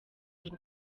ngo